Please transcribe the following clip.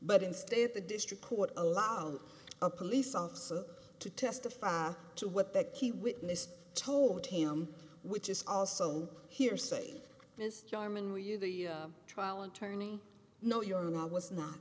but instead the district court allowed a police officer to testify to what the key witness told him which is also hearsay mr jarman were you the trial attorney no you're not was not